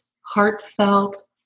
heartfelt